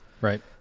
right